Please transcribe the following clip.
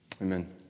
Amen